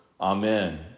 Amen